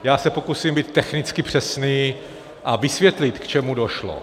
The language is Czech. Já se pokusím být technicky přesný a vysvětlit, k čemu došlo.